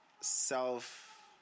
self